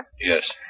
Yes